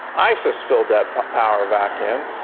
isis filled that power vacuum.